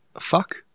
fuck